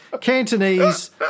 Cantonese